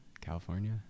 California